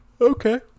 Okay